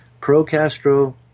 pro-Castro